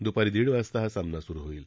दुपारी दीड वाजता हा सामना सुरु होईल